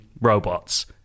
Robots